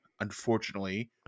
unfortunately